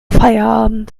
feierabend